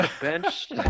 bench